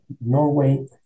Norway